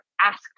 asked